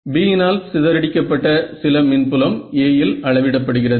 Bயினால் சிதறடிக்கப்பட்ட சில மின்புலம் A இல் அளவிடப்படுகிறது